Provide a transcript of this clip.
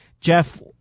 Jeff